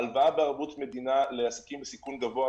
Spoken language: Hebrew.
הלוואה בערבות מדינה לעסקים בסיכון גבוה.